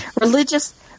Religious